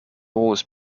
always